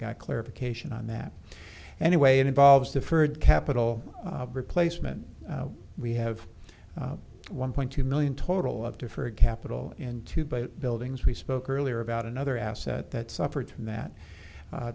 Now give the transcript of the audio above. got clarification on that anyway it involves deferred capital replacement we have one point two million total up to for a capital in two but buildings we spoke earlier about another asset that suffered from that